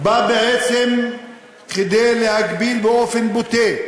חוק החרם בא בעצם כדי להגביל באופן בוטה,